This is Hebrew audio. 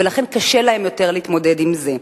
ולכן קשה להם יותר להתמודד עם זה.